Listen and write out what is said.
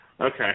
Okay